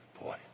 boy